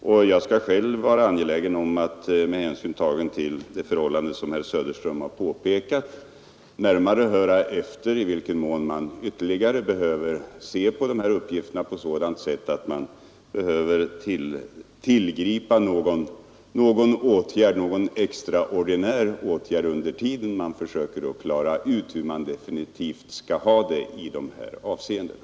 Jag är emellertid själv angelägen om, med hänsyn tagen till det förhållande som herr Söderström har påpekat, att närmare höra efter, om man behöver tillgripa någon extraordinär åtgärd medan man försöker klara ut hur man definitivt skall ha det i de här avseendena.